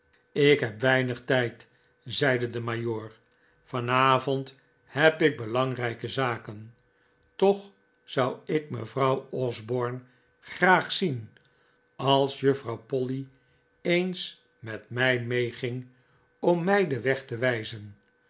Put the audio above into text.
ik heb weinig tijd zeide de majoor vanavond heb ik belangrijke zaken toch zou ik mevrouw osborne graag zien als juffrouw polly eens met mij meeging om mij den weg te wijzen